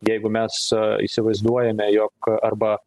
jeigu mes įsivaizduojame jog arba